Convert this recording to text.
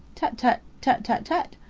tut, tut, tut, tut, tut!